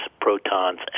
protons